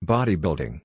Bodybuilding